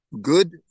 good